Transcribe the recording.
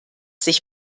sich